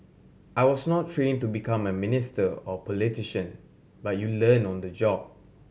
I was not trained to become a minister or politician but you learn on the job